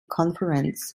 conference